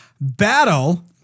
Battle